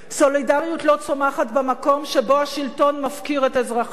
סולידריות לא צומחת במקום שבו השלטון מפקיר את אזרחיו.